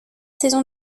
saison